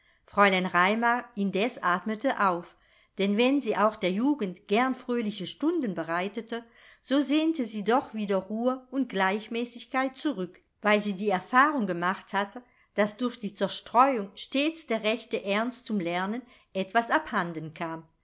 fräulein raimar indes atmete auf denn wenn sie auch der jugend gern fröhliche stunden bereitete so sehnte sie doch wieder ruhe und gleichmäßigkeit zurück weil sie die erfahrung gemacht hatte daß durch die zerstreuung stets der rechte ernst zum lernen etwas abhanden kam